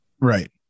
Right